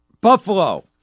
Buffalo